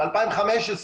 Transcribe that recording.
ב-2015,